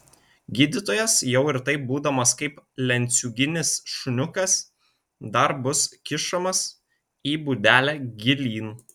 gydytojas jau ir taip būdamas kaip lenciūginis šuniukas dar bus kišamas į būdelę gilyn